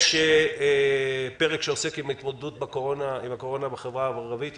יש פרק שעוסק בהתמודדות עם הקורונה בחברה הערבית.